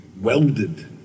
welded